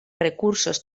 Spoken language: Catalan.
recursos